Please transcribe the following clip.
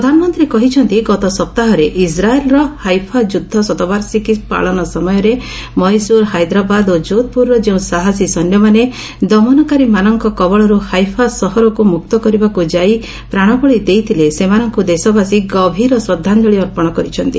ପ୍ରଧାନମନ୍ତ୍ରୀ କହିଛନ୍ତି ଗତ ସପ୍ତାହରେ ଇଜ୍ରାଏଲ୍ର ହାଇଫା ଯୁଦ୍ଧ ଶତବାର୍ଷିକୀ ପାଳନ ସମୟରେ ମହୀଶ୍ୱର ହାଇଦ୍ରାବାଦ ଓ ଯୋଧପ୍ରରର ଯେଉଁ ସାହସୀ ସୈନ୍ୟମାନେ ଦମନକାରୀମାନଙ୍କ କବଳରୁ ହାଇଫା ସହରକୁ ମୁକ୍ତ କରିବାକୁ ଯାଇ ପ୍ରାଣବଳୀ ଦେଇଥିଲେ ସେମାନଙ୍କୁ ଦେଶବାସୀ ଗଭୀର ଶ୍ରଦ୍ଧାଞ୍ଚଳି ଅର୍ପଣ କରିଛନ୍ତି